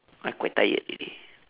I quite tired already